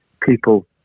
people